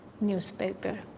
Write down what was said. newspaper